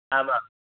आमाम्